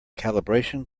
calibration